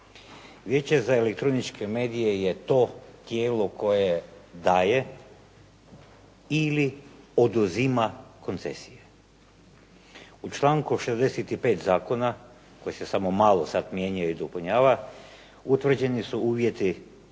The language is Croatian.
Vijeće za elektroničke medije je to tijelo koje daje ili oduzima koncesije. U članku 65. zakona, koji se samo malo sad mijenja i dopunjava, utvrđeni su uvjeti